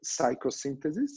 psychosynthesis